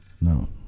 no